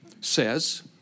says